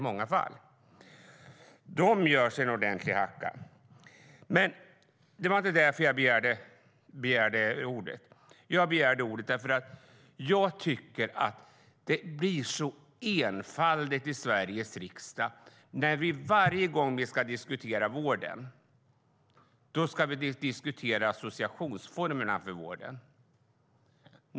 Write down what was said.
De bolagen gör sig en stor hacka. Men det var inte därför jag begärde ordet, utan det var för detta: Jag tycker att det blir så enfaldigt i Sveriges riksdag när vi, varje gång vi diskuterar vården, ska diskutera associationsformerna för vården.